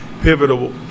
pivotal